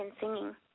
singing